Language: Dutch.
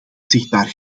zichtbaar